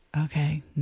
Okay